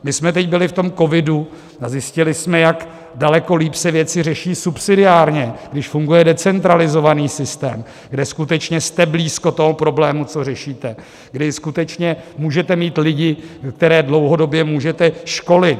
Když jsme teď byli v covidu a zjistili jsme, jak daleko lépe se věci řeší subsidiárně, když funguje decentralizovaný systém, kde skutečně jste blízko problému, co řešíte, kdy skutečně můžete mít lidi, které dlouhodobě můžete školit.